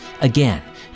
Again